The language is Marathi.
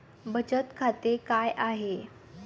बचत खाते काय आहे?